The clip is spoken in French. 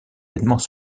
événements